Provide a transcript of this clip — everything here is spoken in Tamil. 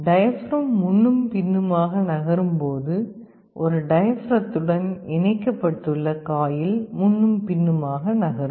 டயப்ரம் முன்னும் பின்னுமாக நகரும்போது ஒரு டயப்ரத்துடன் இணைக்கப்பட்டுள்ள காயில் முன்னும் பின்னுமாக நகரும்